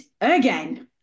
again